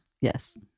Yes